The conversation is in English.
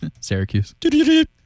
Syracuse